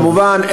כמובן,